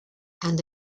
and